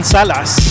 Salas